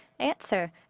Answer